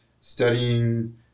studying